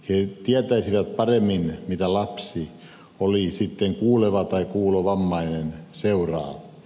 he tietäisivät paremmin mitä lapsi oli sitten kuuleva tai kuulovammainen seuraa